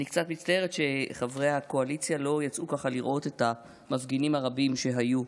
אני קצת מצטערת שחברי הקואליציה לא יצאו לראות את המפגינים הרבים שהיו.